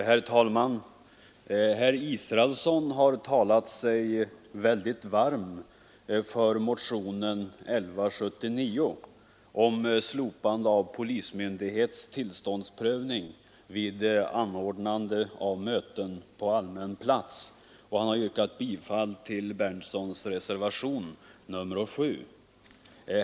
Herr talman! Herr Israelsson har talat sig varm för motionen 1179 om slopande av polismyndighets tillståndsprövning vid anordnande av möten på allmän plats och har yrkat bifall till reservationen 7 av herr Berndtson i Linköping.